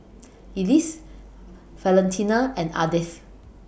Elise Valentina and Ardeth